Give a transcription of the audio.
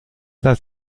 das